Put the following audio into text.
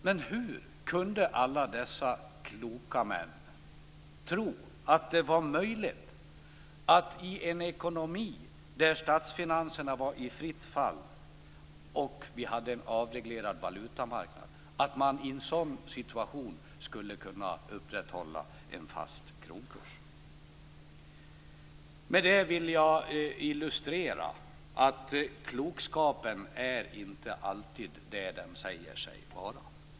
Men hur kunde alla dessa kloka män tro att det var möjligt att man i en ekonomi där statsfinanserna var i fritt fall och vi hade en avreglerad valutamarknad skulle kunna upprätthålla en fast kronkurs? Med detta vill jag illustrera att klokskapen inte alltid är vad den säger sig vara.